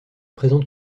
présente